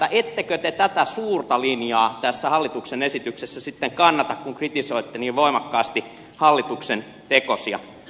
ettekö te tätä suurta linjaa tässä hallituksen esityksessä sitten kannata kun kritisoitte niin voimakkaasti hallituksen tekosia